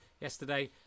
yesterday